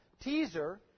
teaser